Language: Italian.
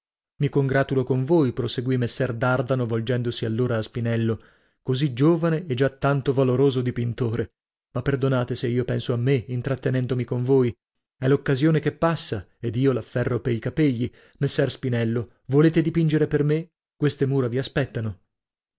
mi congratulo con voi proseguì messer dardano volgendosi allora a spinello così giovane e già tanto valoroso dipintore ma perdonate se io penso a me intrattenendomi con voi è l'occasione che passa ed io l'afferro pei capegli messer spinello volete dipingere per me queste mura vi aspettano